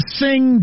sing